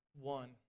one